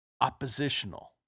oppositional